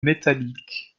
métallique